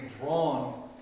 drawn